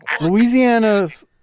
Louisiana's